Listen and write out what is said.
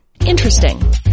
Interesting